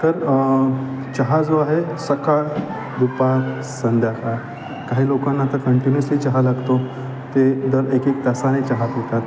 तर चहा जो आहे सकाळ दुपार संध्याकाळ काही लोकांना आता कंटिन्युसली चहा लागतो ते दर एक एक तासाने चहा पितात